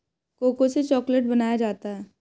cocoa से chocolate बनाया जाता है